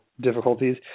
difficulties